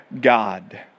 God